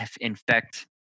infect